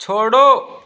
छोड़ो